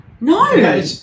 No